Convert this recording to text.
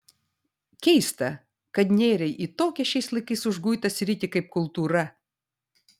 keista kad nėrei į tokią šiais laikais užguitą sritį kaip kultūra